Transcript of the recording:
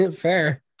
Fair